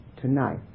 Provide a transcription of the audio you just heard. tonight